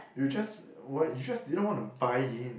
you just what you just didn't want to buy in